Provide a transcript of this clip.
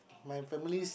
my families